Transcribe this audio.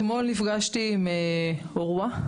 אתמול נפגשתי עם עורווה,